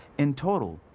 in total,